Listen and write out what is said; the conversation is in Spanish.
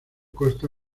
consta